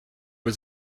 was